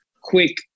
quick